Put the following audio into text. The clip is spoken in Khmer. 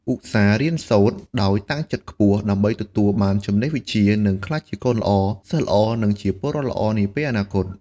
ឧស្សាហ៍រៀនសូត្រ ដោយតាំងចិត្តខ្ពស់ ដើម្បីទទួលបានចំណេះវិជ្ជា និងក្លាយជាកូនល្អ សិស្សល្អ និងជាពលរដ្ឋល្អនាពេលអនាគត។